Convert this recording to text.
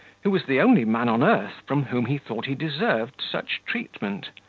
who was the only man on earth from whom he thought he deserved such treatment.